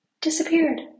disappeared